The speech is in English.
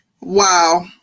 wow